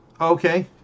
Okay